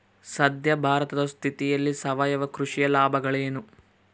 ಸದ್ಯ ಭಾರತದ ಸ್ಥಿತಿಯಲ್ಲಿ ಸಾವಯವ ಕೃಷಿಯ ಲಾಭಗಳೇನು?